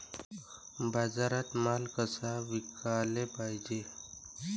बाजारात माल कसा विकाले पायजे?